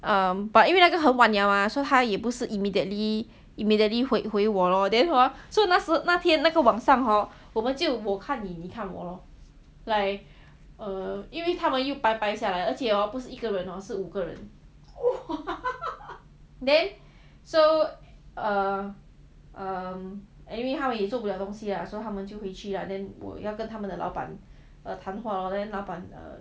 um but 因为那个很晚了 mah 所以他也不是 immediately immediately 回回我 lor then hor so 那时那天那个晚上 hor 我们就我看你你看我 lor like err 因为他们又掰掰下来而且 hor 又不是一个人是四五个人 then so err um anyway 他们也做不了东西所以他们就回去 lah then 我要跟他们的老板 err 谈话 lor then 老板 err